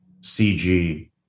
CG